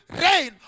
rain